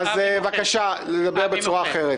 בבקשה, לדבר בצורה אחרת.